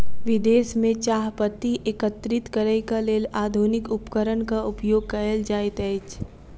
विदेश में चाह पत्ती एकत्रित करैक लेल आधुनिक उपकरणक उपयोग कयल जाइत अछि